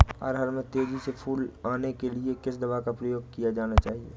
अरहर में तेजी से फूल आने के लिए किस दवा का प्रयोग किया जाना चाहिए?